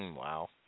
Wow